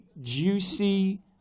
juicy